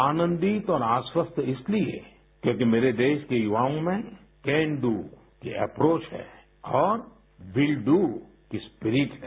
आनंदित और आश्वस्त इसलिए क्योंकि मेरे देश के युवाओं में कैन डू की अप्रोच है और विल डू की स्पिरिट है